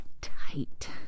tight